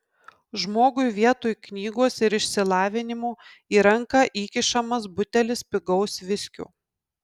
žmogui vietoj knygos ir išsilavinimo į ranką įkišamas butelis pigaus viskio